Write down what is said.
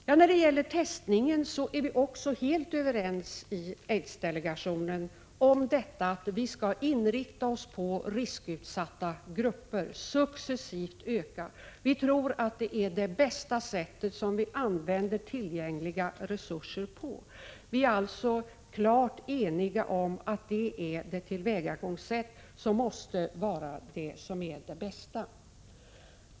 Också när det gäller testningen är vi helt överens i aidsdelegationen om att vi skall inrikta oss på riskutsatta grupper och successivt öka testningen. Vi tror att det är det bästa sättet att använda tillgängliga resurser på. Vi är alltså klart eniga om att det är det tillvägagångssätt som måste vara det bästa.